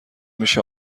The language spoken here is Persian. میشه